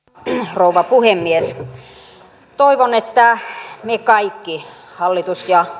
rouva puhemies toivon että me kaikki hallitus ja